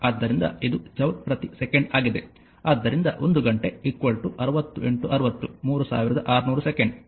ಆದ್ದರಿಂದ ಇದು ಜೌಲ್ ಪ್ರತಿ ಸೆಕೆಂಡ್ ಆಗಿದೆ ಆದ್ದರಿಂದ 1 ಗಂಟೆ 60 60 3600 ಸೆಕೆಂಡ್